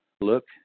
look